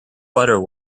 butter